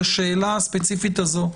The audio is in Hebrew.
לשאלה הספציפית הזאת,